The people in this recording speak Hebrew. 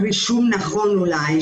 חשוב להבין את זה.